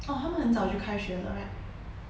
orh 他们很早就开学了 right